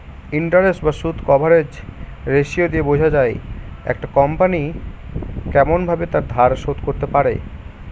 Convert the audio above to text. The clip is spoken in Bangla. ইন্টারেস্ট বা সুদ কভারেজ রেসিও দিয়ে বোঝা যায় একটা কোম্পনি কেমন ভাবে তার ধার শোধ করতে পারে